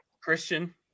Christian